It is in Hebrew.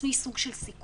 עצמי סוג של סיכון,